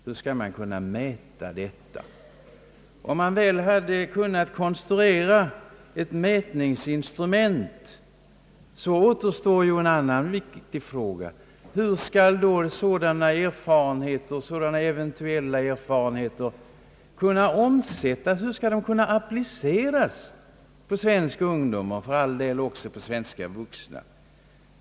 Hur skall man mäta detta? Och om man väl hade kunnat konstruera ett mätningsinstrument, återstår en annan viktig fråga. Hur skall då sådana eventuella erfarenheter kunna omsättas i praktiken, appliceras på svensk ungdom, för all del också på svenska vuxna?